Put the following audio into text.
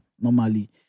normally